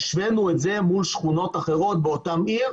והשווינו את זה מול שכונות אחרות באותן ערים